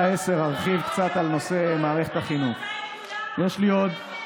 ארחיב קצת על נושא מערכת החינוך אחרי השעה 22:00. אני רוצה את כולם.